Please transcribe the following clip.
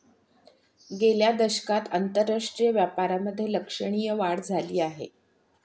गेल्या दशकात आंतरराष्ट्रीय व्यापारामधे लक्षणीय वाढ झाली आहे